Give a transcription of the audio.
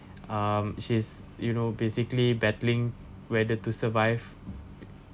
um she's you know basically battling whether to survive